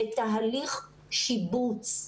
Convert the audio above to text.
בתהליך שיבוץ,